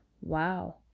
wow